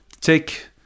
take